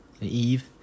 Eve